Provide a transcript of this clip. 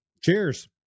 Cheers